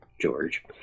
George